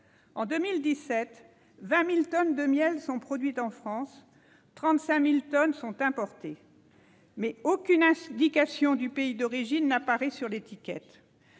En 2017, quelque 20 000 tonnes de miel ont été produites en France et 35 000 tonnes ont été importées, mais aucune indication du pays d'origine n'apparaît sur les étiquettes.